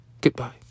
Goodbye